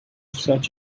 such